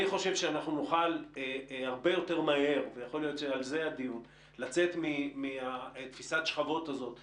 אני חושב שנוכל הרבה יותר מהר לצאת מתפיסת השכבות הזאת שחונקת.